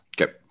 Okay